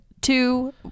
two